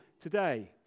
today